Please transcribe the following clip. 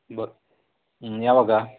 ಬತ್ ಹ್ಞೂ ಯಾವಾಗ